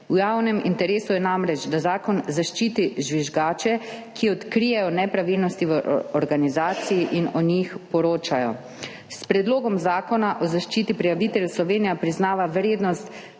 V javnem interesu je namreč, da zakon zaščiti žvižgače, ki odkrijejo nepravilnosti v organizaciji, in o njih poročajo. S Predlogom zakona o zaščiti prijaviteljev Slovenija priznava vrednost